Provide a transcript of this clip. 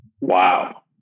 Wow